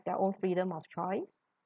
their own freedom of choice